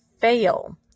fail